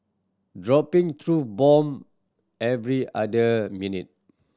dropping truth bomb every other minute